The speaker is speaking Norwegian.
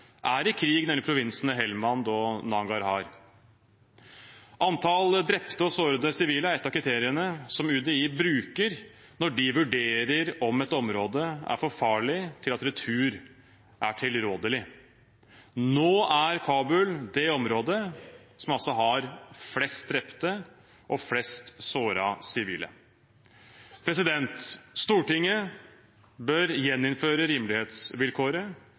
er i krig – nemlig provinsene Helmand og Nangarhar. Antall drepte og sårede sivile er et av kriteriene som UDI bruker når de vurderer om et område er for farlig til at retur er tilrådelig. Nå er Kabul det området som altså har flest drepte og flest sårede sivile. Stortinget bør gjeninnføre rimelighetsvilkåret,